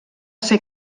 ser